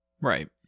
Right